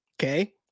Okay